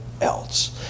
else